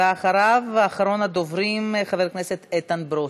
ואחריו, אחרון הדוברים, חבר הכנסת איתן ברושי.